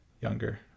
younger